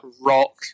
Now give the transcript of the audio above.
rock